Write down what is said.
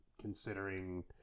considering